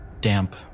damp